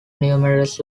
numerous